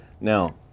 now